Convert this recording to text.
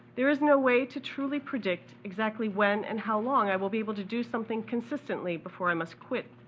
there is no way to truly predict exactly when, and how long, i will be able to do something consistently before i must quit,